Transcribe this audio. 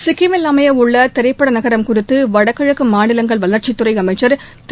சிக்கிமில் அமையவுள்ள திரைப்பட நகரம் குறித்து வட கிழக்கு மாநிலங்கள் வளர்ச்சித் துறை அமைச்சர் திரு